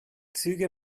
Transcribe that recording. züge